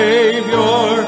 Savior